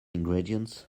ingredients